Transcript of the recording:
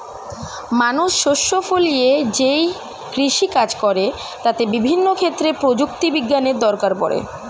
মানুষ শস্য ফলিয়ে যেই কৃষি কাজ করে তাতে বিভিন্ন ক্ষেত্রে প্রযুক্তি বিজ্ঞানের দরকার পড়ে